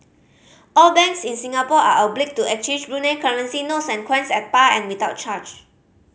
all banks in Singapore are obliged to exchange Brunei currency notes and coins at par and without charge